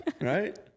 right